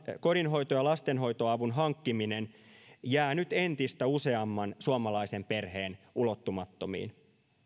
kodinhoito ja lastenhoitoavun hankkiminen jää nyt entistä useamman suomalaisen perheen ulottumattomiin